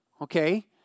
okay